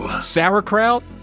sauerkraut